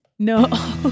No